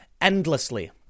endlessly